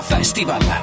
Festival